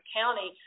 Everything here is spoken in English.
county